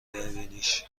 ببینیش